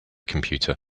computer